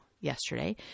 yesterday